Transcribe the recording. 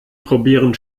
probieren